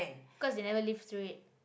cause they never live through it